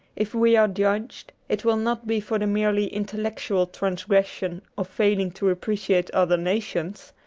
if we are judged, it will not be for the merely intel lectual transgression of failing to appreciate other nations,